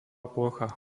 plocha